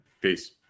peace